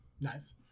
Nice